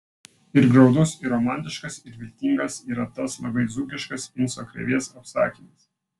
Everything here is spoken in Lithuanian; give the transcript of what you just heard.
ir graudus ir romantiškas ir viltingas yra tas labai dzūkiškas vinco krėvės apsakymas